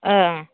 ओं